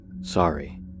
Sorry